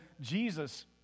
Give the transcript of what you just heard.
Jesus